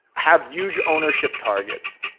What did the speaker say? have huge ownership targets.